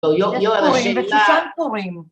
לא... בשושן פורים